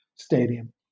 stadium